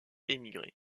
émigrer